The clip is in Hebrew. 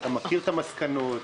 אתה מכיר את המסקנות?